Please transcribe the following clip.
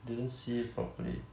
didn't see it properly